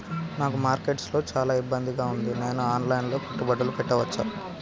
నాకు మార్కెట్స్ లో చాలా ఇబ్బందిగా ఉంది, నేను ఆన్ లైన్ లో పెట్టుబడులు పెట్టవచ్చా?